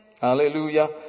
Hallelujah